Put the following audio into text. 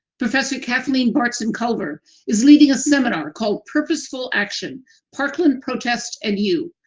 professor kathleen bartzen culver is leading a seminar called purposeful action parkland protests and you.